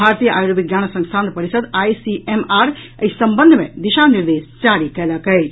भारतीय आयुर्विज्ञान संस्थान परिषद आईसीएमआर एहि संबंध मे दिशा निर्देश जारी कयलक अछि